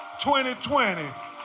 2020